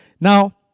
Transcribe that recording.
Now